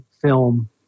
film